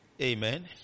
Amen